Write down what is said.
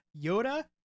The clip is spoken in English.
Yoda